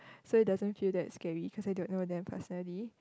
so it doesn't feel that scary cause I don't know them personally